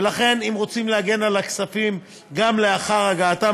ולכן אם רוצים להגן על הכספים גם לאחר הגעתם